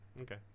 okay